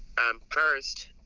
um first,